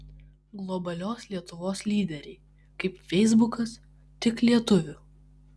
globalios lietuvos lyderiai kaip feisbukas tik lietuvių